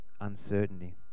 uncertainty